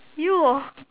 you hor